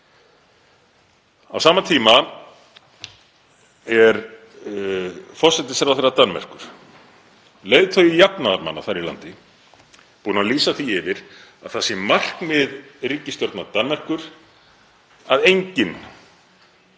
Á sama tíma er forsætisráðherra Danmerkur, leiðtogi jafnaðarmanna þar í landi, búinn að lýsa því yfir að það sé markmið ríkisstjórnar Danmerkur að enginn